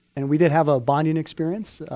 and we did have a bonding experience,